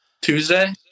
Tuesday